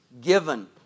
given